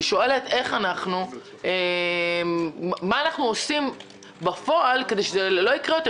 אני שואלת מה אנחנו עושים בפועל כדי שזה לא יקרה יותר,